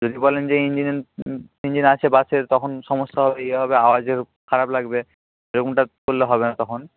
যদি বলেন যে ইঞ্জিন ইঞ্জিন আছে বাসের তখন সমস্যা হবে ইয়ে হবে আওয়াজে খারাপ লাগবে এরকমটা করলে হবে না তখন